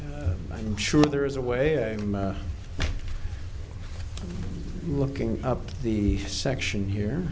i'm sure there is a way i'm looking up the section here